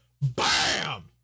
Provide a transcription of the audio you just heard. Bam